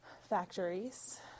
factories